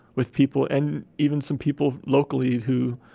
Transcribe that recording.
with people, and even some people locally who,